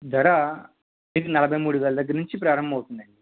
ధర ఇది నలభై మూడు వేల దగ్గర నుంచి ప్రారంభం అవుతుందండి